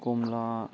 ꯀꯣꯝꯂꯥ